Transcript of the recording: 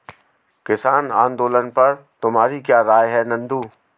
किसान आंदोलन पर तुम्हारी क्या राय है नंदू?